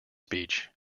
speech